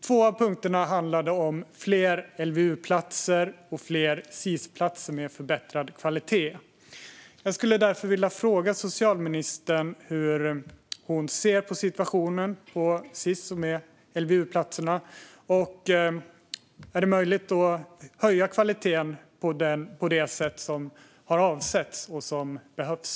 Två av punkterna handlade om fler LVU-platser och fler Sis-platser med förbättrad kvalitet. Jag skulle därför vilja fråga socialministern hur hon ser på situationen med Sis och LVU-platser. Är det möjligt att höja kvaliteten på det sätt som är avsett och som behövs?